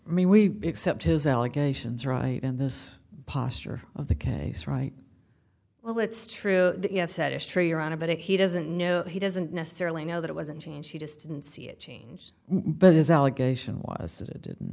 i mean we except his allegations right in this posture of the case right well that's true you have said it straight you're on about it he doesn't know he doesn't necessarily know that it wasn't change he just didn't see it change but his allegation was that it didn't